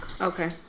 Okay